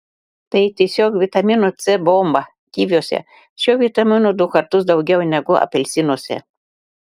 tai tiesiog vitamino c bomba kiviuose šio vitamino du kartus daugiau negu apelsinuose